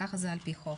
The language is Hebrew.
וכך זה על פי חוק.